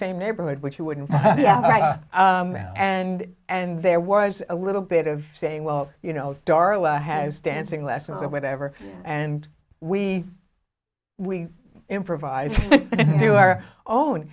same neighborhood which he wouldn't and and there was a little bit of saying well you know darla has dancing lessons or whatever and we we improvise and do our own